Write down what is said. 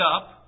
up